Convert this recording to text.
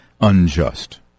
unjust